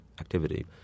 activity